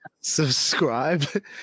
subscribe